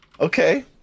okay